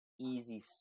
easy